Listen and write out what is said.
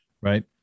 Right